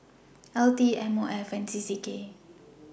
L T M O F and C C K